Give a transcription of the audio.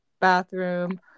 bathroom